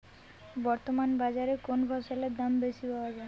বর্তমান বাজারে কোন ফসলের দাম বেশি পাওয়া য়ায়?